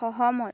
সহমত